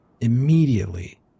Immediately